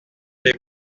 les